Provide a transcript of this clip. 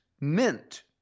Mint